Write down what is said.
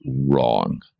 wrong